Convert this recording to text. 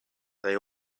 they